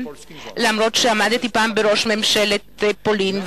אף שעמדתי פעם בראש ממשלת פולין,